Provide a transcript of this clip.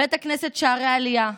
בית הכנסת שערי עלייה,